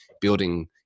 building